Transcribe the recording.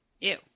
Ew